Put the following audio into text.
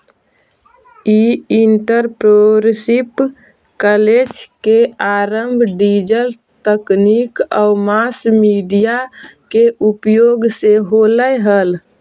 ई entrepreneurship क्क्षेत्र के आरंभ डिजिटल तकनीक आउ मास मीडिया के उपयोग से होलइ हल